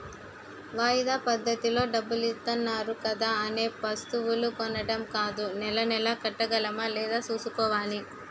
వాయిదా పద్దతిలో డబ్బులిత్తన్నారు కదా అనే వస్తువులు కొనీడం కాదూ నెలా నెలా కట్టగలమా లేదా సూసుకోవాలి